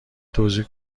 توزیع